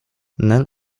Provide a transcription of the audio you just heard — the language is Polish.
nel